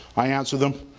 i answer them,